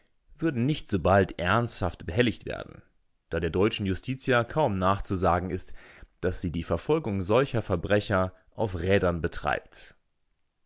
würden nicht so bald ernsthaft behelligt werden da der deutschen justitia kaum nachzusagen ist daß sie die verfolgung solcher verbrecher auf rädern betreibt